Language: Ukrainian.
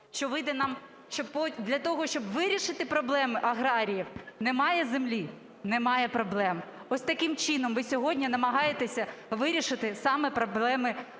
для того щоб вирішити проблеми аграріїв: немає землі - немає проблем. Ось таким чином ви сьогодні намагаєтесь вирішити саме проблеми